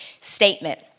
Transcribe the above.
statement